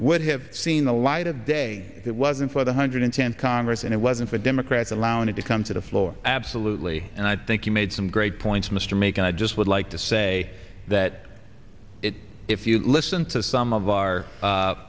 would have seen the light of day it wasn't for one hundred tenth congress and it wasn't for democrats allowing it to come to the floor absolutely and i think you made some great points mr make and i just would like to say that it if you listen to some of our